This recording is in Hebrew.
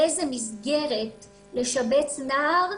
באיזו מסגרת לשבץ נער,